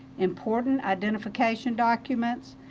important identification documents,